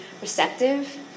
receptive